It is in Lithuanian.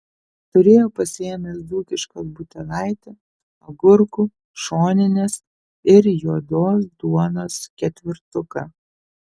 turėjo pasiėmęs dzūkiškos butelaitį agurkų šoninės ir juodos duonos ketvirtuką